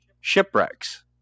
shipwrecks